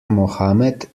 mohamed